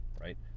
right